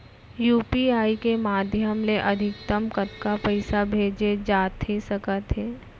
UPI के माधयम ले अधिकतम कतका पइसा भेजे जाथे सकत हे?